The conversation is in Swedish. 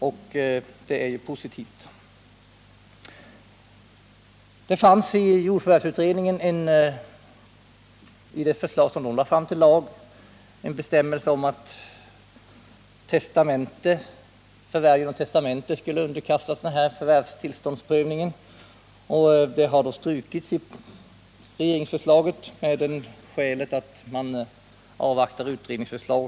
I det förslag till lag som jordförvärvsutredningen lagt fram finns det en bestämmelse om att förvärv genom testamente skulle underkastas förvärvstillståndsprövning. Denna bestämmelse har emellertid i regeringsförslaget strukits med motiveringen att man vill avvakta nya utredningar.